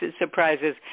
surprises